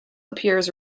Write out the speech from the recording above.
appears